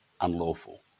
unlawful